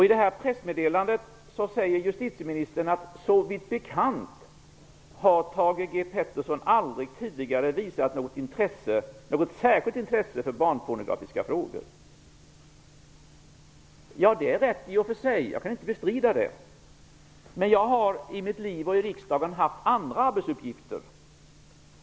I pressmeddelandet skriver justitieministern att såvitt bekant har Thage G Peterson aldrig tidigare visat särskilt intresse för barnpornografiska frågor. Ja, det är i och för sig rätt. Jag kan inte bestrida det. Jag har i mitt liv och i riksdagen haft andra arbetsuppgifter.